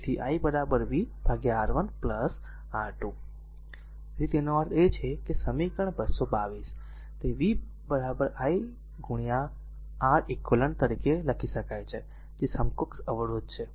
તેથી i v R1 R2 તેથી તેનો અર્થ છે કે સમીકરણ 222 તે v i R eq તરીકે લખી શકાય છે જે સમકક્ષ અવરોધ છે